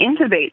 intubate